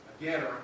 Again